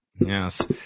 Yes